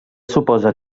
suposa